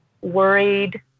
worried